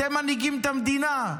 אתה מנהיגים את המדינה,